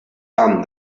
done